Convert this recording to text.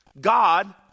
God